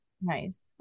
Nice